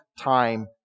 time